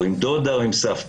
או עם דודה או עם סבתא,